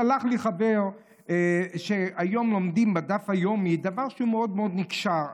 שלח לי חבר שהיום לומדים בדף היומי דבר שהוא מאוד מאוד נקשר.